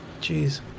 Jeez